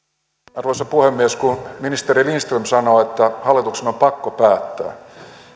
arvoisa puhemies kun ministeri lindström sanoo että hallituksen on pakko päättää